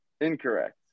Incorrect